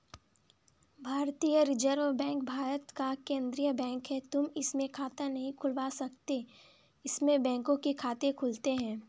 भारतीय reserve bank Bharat का केन्द्रीय बैंक है, तुम इसमें खाता नहीं खुलवा सकते इसमें बैंकों के खाते खुलते हैं